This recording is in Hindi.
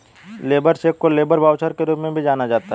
लेबर चेक को लेबर वाउचर के रूप में भी जाना जाता है